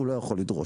הוא לא יכול לדרוש.